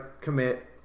commit